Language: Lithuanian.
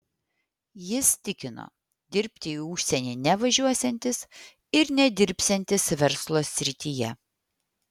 jis tikino dirbti į užsienį nevažiuosiantis ir nedirbsiantis verslo srityje